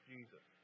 Jesus